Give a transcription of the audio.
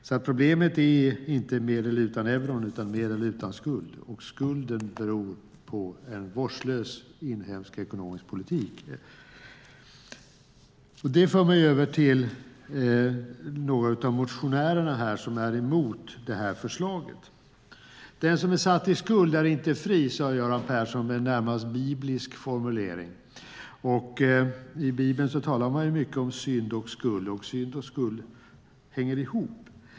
Problemet handlar alltså inte om länder med eller utan euron utan om länder med eller utan skuld, och skulden beror på en vårdslös inhemsk ekonomisk politik. Det för mig över till några av motionärerna som är emot detta förslag. Den som är satt i skuld är inte fri, sade Göran Persson med en närmast biblisk formulering. I Bibeln talar man mycket om synd och skuld, och synd och skuld hänger ihop.